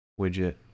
widget